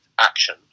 action